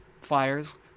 fires